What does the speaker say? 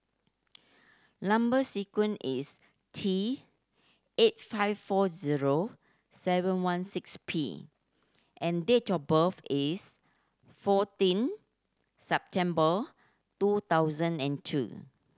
number sequence is T eight five four zero seven one six P and date of birth is fourteen September two thousand and two